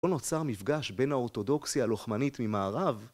(?) נוצר מפגש בין האורתודוקסיה הלוחמנית ממערב